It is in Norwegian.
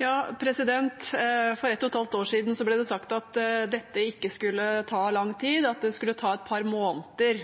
For et og et halvt år siden ble det sagt at dette ikke skulle ta lang tid, at det skulle ta et par måneder.